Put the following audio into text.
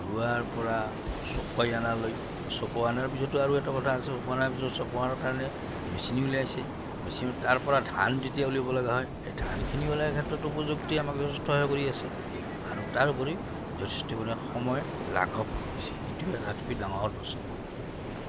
ৰোৱাৰ পৰা চপাই অনালৈ চপাই অনাৰ পিছতো আৰু এটা কথা আছে চপাই অনাৰ পিছত চপাৰ কাৰণে মেচিন উলিয়াইছে মেচিন তাৰ পৰা ধান যেতিয়া উলাব লগা হয় সেই ধানখিনি ওলোৱাৰ ক্ষেত্ৰতো প্ৰযুক্তি আমাকে হৈ কৰি আছে আৰু তাৰ উপৰিও যথেষ্ট পৰিমাণে সময় লাঘৱ কৰিছে এইটোৱে আটাইতকৈ ডাঙৰ প্ৰশ্ন